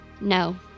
No